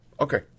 Okay